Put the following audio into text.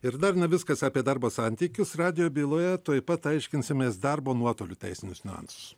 ir dar ne viskas apie darbo santykius radijo byloje tuoj pat aiškinsimės darbo nuotoliu teisinius niuansus